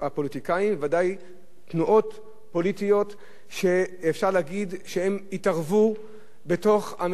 ודאי תנועות פוליטיות שאפשר להגיד שהן התערבו בתוך המחאה החברתית,